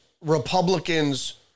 republicans